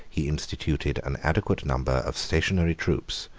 he instituted an adequate number of stationary troops,